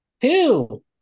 two